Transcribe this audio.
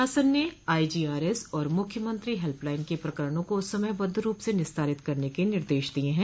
शासन ने आईजीआरएस और मुख्यमंत्री हल्पलाइन के प्रकरणों को समयबद्ध रूप से निस्तारित करने के निर्देश दिये हैं